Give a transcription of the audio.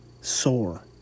sore